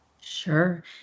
Sure